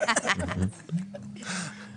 זה